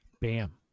bam